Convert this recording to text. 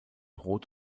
rot